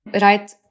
Right